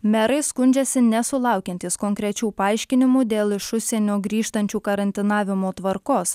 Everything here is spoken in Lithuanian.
merai skundžiasi nesulaukiantys konkrečių paaiškinimų dėl iš užsienio grįžtančių karantinavimo tvarkos